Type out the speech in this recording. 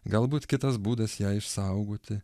galbūt kitas būdas ją išsaugoti